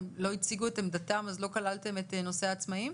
בגלל שהם לא הציגו את עמדתם אז לא כללתם את נושא העצמאים?